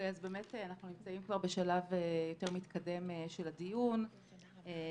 אז באמת אנחנו נמצאים כבר בשלב יותר מתקדם של הדיון ואני